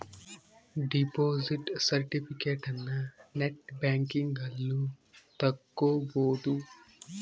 deposit ಸೆರ್ಟಿಫಿಕೇಟನ net banking ಅಲ್ಲು ತಕ್ಕೊಬೊದು